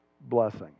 blessing